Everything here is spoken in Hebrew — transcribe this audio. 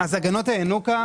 המטרה של הגנות הינוקא,